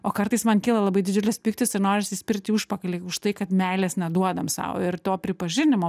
o kartais man kyla labai didžiulis pyktis ir norisi spirt į užpakalį už tai kad meilės neduodam sau ir to pripažinimo